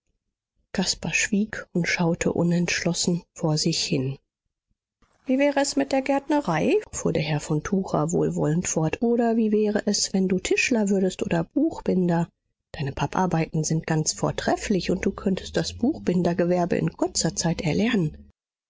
caspar schwieg und schaute unentschlossen vor sich hin wie wäre es mit der gärtnerei fuhr herr von tucher wohlwollend fort oder wie wäre es wenn du tischler würdest oder buchbinder deine papparbeiten sind ganz vortrefflich und du könntest das buchbindergewerbe in kurzer zeit erlernen